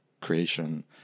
creation